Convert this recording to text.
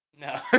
No